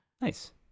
Nice